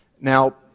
Now